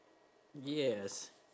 yes